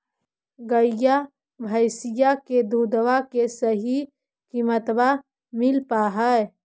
गईया भैसिया के दूधबा के सही किमतबा मिल पा?